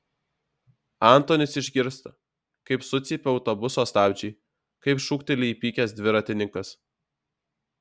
antonis išgirsta kaip sucypia autobuso stabdžiai kaip šūkteli įpykęs dviratininkas